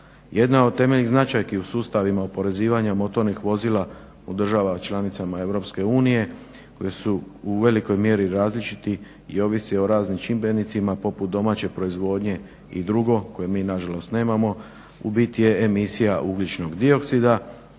Jedna od temeljnih značajki u sustavima oporezivanjima motornih vozila u državama članicama EU koje su u velikoj mjeri različiti i ovisi o raznim čimbenicima poput domaće proizvodnje i drugo koje mi nažalost nemamo u biti je emisija ugljičnog dioksida